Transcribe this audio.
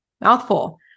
Mouthful